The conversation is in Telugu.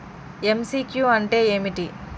ఎమ్.సి.క్యూ అంటే ఏమిటి?